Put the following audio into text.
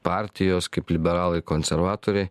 partijos kaip liberalai konservatoriai